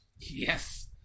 Yes